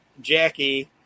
Jackie